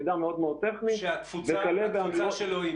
מה התפוצה שלו,